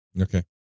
Okay